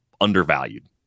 undervalued